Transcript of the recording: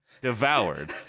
devoured